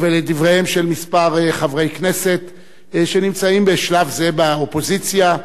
ולדבריהם של כמה חברי כנסת שנמצאים בשלב זה באופוזיציה,